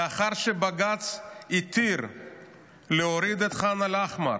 לאחר שבג"ץ התיר להוריד את ח'אן אל-אחמר